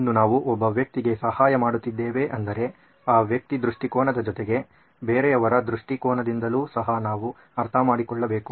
ಇನ್ನೂ ನಾವು ಒಬ್ಬ ವ್ಯಕ್ತಿಗೆ ಸಹಾಯ ಮಾಡುತ್ತಿದ್ದೇವೆ ಅಂದರೆ ಆ ವ್ಯಕ್ತಿ ದೃಷ್ಟಿಕೋನದ ಜೊತೆಗೆ ಬೇರೆಯವರ ದೃಷ್ಟಿಕೋನದಿಂದಲು ಸಹ ನಾವು ಅರ್ಥಮಾಡಿಕೊಳ್ಳಬೇಕು